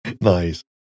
Nice